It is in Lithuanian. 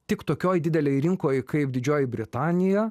tik tokioj didelėj rinkoj kaip didžioji britanija